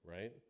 right